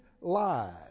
lies